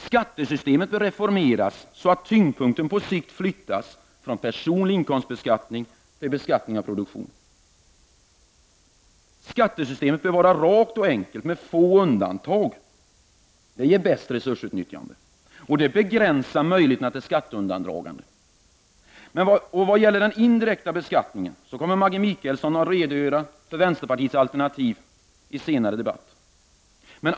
Skattesystemet bör reformeras, så att tyngdpunkten på sikt flyttas från personlig inkomstbeskattning till beskattning av produktionen. Skattesystemet bör vara rakt och enkelt med få undantag. Det ger bästa resursutnyttjande, och det begränsar möjligheterna till skatteundandragande. Maggi Mikaelsson kommer senare att redogöra för vänsterpartiets alternativ när det gäller den indirekta beskattningen.